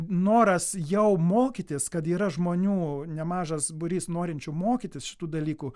noras jau mokytis kad yra žmonių nemažas būrys norinčių mokytis šitų dalykų